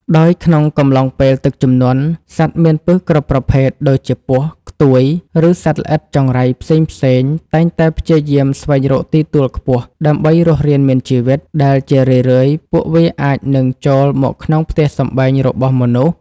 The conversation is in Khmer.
ដោយក្នុងកំឡុងពេលទឹកជំនន់ សត្វមានពិសគ្រប់ប្រភេទដូចជា ពស់ ខ្ទួយ ឬសត្វល្អិតចង្រៃផ្សេងៗ តែងតែព្យាយាមស្វែងរកទីទួលខ្ពស់ដើម្បីរស់រានមានជីវិត ដែលជារឿយៗពួកវាអាចនឹងចូលមកក្នុងផ្ទះសម្បែងរបស់មនុស្ស។